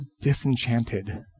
disenchanted